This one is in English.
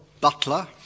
butler